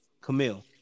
Camille